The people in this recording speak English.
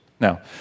Now